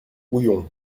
houillon